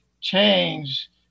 change